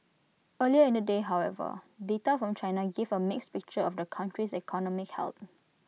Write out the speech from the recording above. earlier in the day however data from China gave A mixed picture of the country's economic health